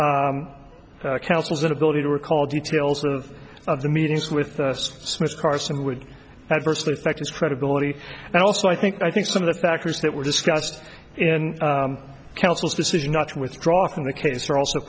defense counsel's inability to recall details of the meetings with smith carson would adversely affect his credibility and also i think i think some of the factors that were discussed in council's decision not to withdraw from the case are also